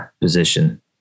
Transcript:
position